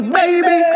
baby